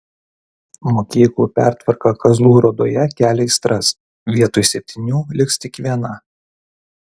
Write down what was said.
mokyklų pertvarka kazlų rūdoje kelia aistras vietoj septynių liks tik viena